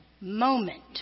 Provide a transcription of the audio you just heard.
moment